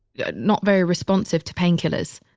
yeah not very responsive to painkillers.